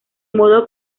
modo